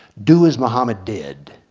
do as mohammed did,